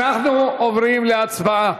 אנחנו עוברים להצבעה.